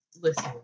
listen